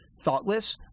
thoughtless